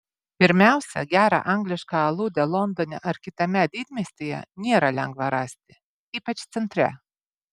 pirmiausia gerą anglišką aludę londone ar kitame didmiestyje nėra lengva rasti ypač centre